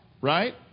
right